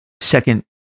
second